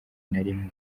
narimwe